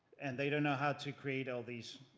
and they don't know how to create all these